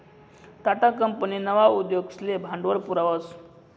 Tata company नवा उद्योगसले भांडवल पुरावस